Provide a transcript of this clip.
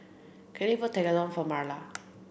Kalyn bought Tekkadon for Marla